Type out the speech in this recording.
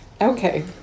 Okay